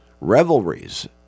revelries